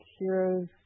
heroes